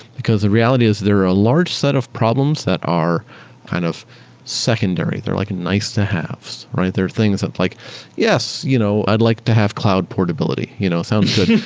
because the reality is there are a large set of problems that are kind of secondary. they're like nice-to haves, right? they're things that like yes, you know i'd like to have cloud portability. you know sounds good, right? yeah,